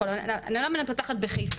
למה אני פותחת בחיפה?